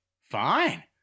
fine